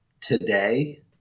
today